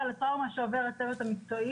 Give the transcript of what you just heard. יכול להיות לא אשפוז אבל זו האוכלוסייה.